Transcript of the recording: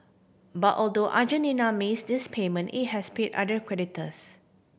but although Argentina miss this payment it has paid other creditors